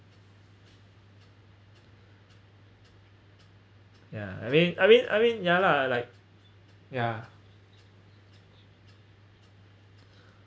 ya I mean I mean I mean yeah lah like ya